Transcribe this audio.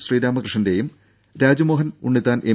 ശ്രീരാമകൃഷ്ണന്റെയും Rajmohan Unnithan M